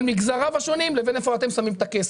מגזריו השונים לבין המקום שאתם שמים את הכסף.